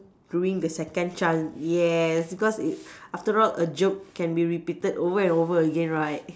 ruin the second chance yes because it after all a joke can be repeated over and over again right